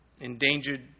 endangered